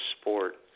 sport